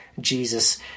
Jesus